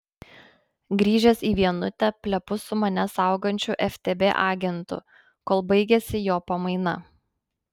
grįžęs į vienutę plepu su mane saugančiu ftb agentu kol baigiasi jo pamaina